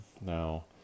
Now